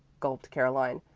gulped caroline.